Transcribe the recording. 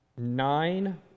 nine